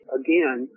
again